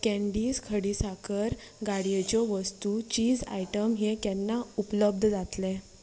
candies खडीसाकर गाडयेच्यो वस्तू चीज आयटम हे केन्ना उपलब्द जातले